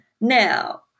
now